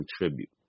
contribute